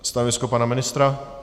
Stanovisko pana ministra?